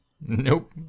nope